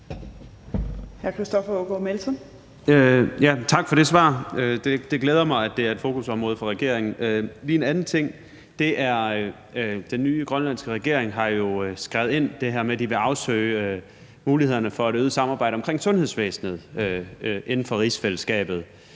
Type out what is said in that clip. Tak for det svar. Det glæder mig, at det er et fokusområde for regeringen. Lige en anden ting: Den nye grønlandske regering har jo skrevet det her ind med, at de vil afsøge mulighederne for et øget samarbejde omkring sundhedsvæsenet inden for rigsfællesskabet